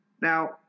Now